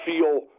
feel